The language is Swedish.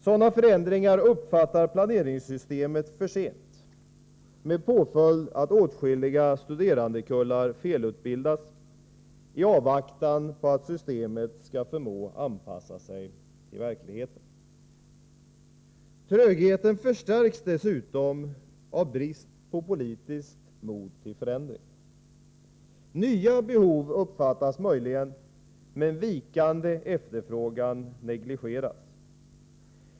Sådana förändringar uppfattar planeringssystemet för sent, med påföljd att åtskilliga studerandekullar felutbildas i avvaktan på att systemet skall förmå anpassa sig till verkligheten. Trögheten förstärks dessutom av brist på politiskt mod till förändringar. Nya behov uppfattas möjligen — men vikande efterfrågan negligeras.